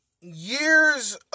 years